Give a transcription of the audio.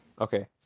Okay